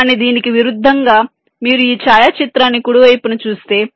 కానీ దీనికి విరుద్ధంగా మీరు ఈ ఛాయాచిత్రాన్ని కుడి వైపున చూస్తే